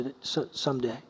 someday